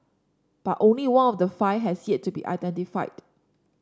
but only one of the five has yet to be identified